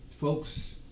Folks